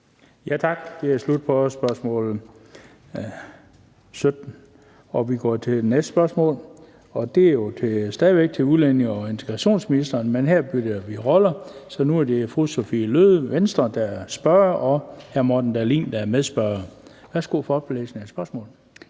Tak. Det er slut på spørgsmål 17. Vi går til det næste spørgsmål, og det er stadig væk til udlændinge- og integrationsministeren, men her bytter vi roller, så nu er det fru Sophie Løhde, Venstre, der er spørger, og hr. Morten Dahlin, der er medspørger. Kl. 17:14 Spm.